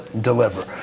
deliver